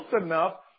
enough